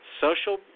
social